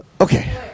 Okay